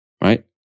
right